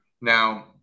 Now